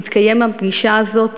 תתקיים הפגישה הזאת,